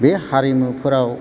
बे हारिमुफोराव